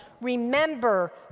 remember